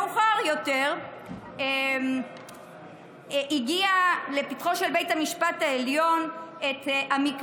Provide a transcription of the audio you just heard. מאוחר יותר הגיע לפתחו של בית המשפט העליון המקרה,